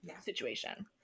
situation